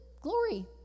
glory